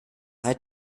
drei